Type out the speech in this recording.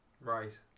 right